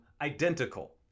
identical